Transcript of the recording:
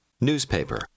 newspaper